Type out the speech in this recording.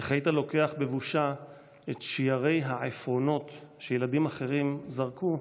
איך היית לוקח בבושה את שיירי העפרונות שילדים אחרים זרקו,